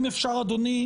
אם אפשר אדוני,